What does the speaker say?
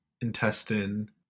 intestine